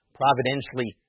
providentially